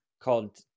called